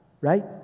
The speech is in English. right